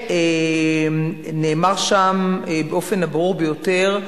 נאמר שם באופן הברור ביותר,